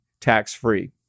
tax-free